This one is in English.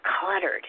cluttered